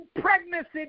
pregnancy